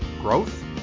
Growth